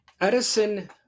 Edison